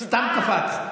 סתם קפצת.